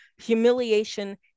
humiliation